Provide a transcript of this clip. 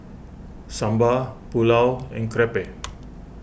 Sambar Pulao and Crepe